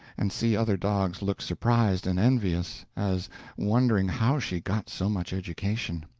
and see other dogs look surprised and envious, as wondering how she got so much education.